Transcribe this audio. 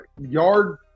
yard